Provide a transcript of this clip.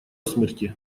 смерти